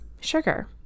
sugar